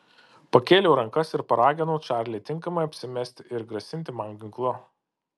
pakėliau rankas ir paraginau čarlį tinkamai apsimesti ir grasinti man ginklu